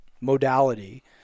modality